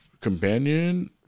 Companion